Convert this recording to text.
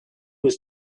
was